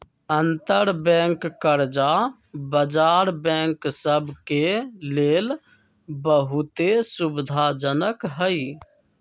अंतरबैंक कर्जा बजार बैंक सभ के लेल बहुते सुविधाजनक हइ